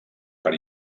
per